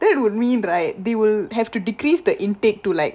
that would mean right they will have to decrease the intake to like